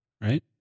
right